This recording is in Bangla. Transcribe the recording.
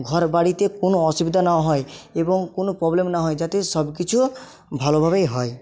ঘর বাড়িতে কোনো অসুবিধা না হয় এবং কোনো না হয় যাতে সব কিছু ভালোভাবেই হয়